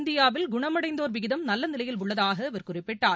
இந்தியாவில் குணமடைந்தோர் விகிதம் நல்ல நிலையில் உள்ளதாக அவர் குறிப்பிட்டார்